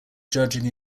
judging